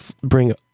bring